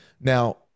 now